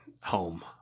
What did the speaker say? home